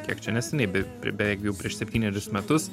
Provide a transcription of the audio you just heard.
kiek čia neseniai be beveik jau prieš septynerius metus